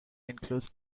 includes